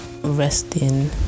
resting